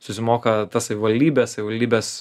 susimoka ta savivaldybė savivaldybės